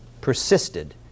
persisted